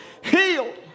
healed